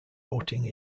voting